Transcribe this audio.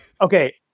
okay